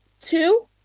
Two